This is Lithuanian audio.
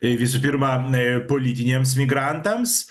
visų pirma politiniams migrantams